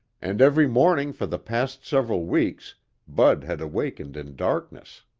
and every morning for the past several weeks bud had awakened in darkness.